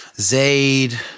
Zayd